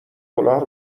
کلاه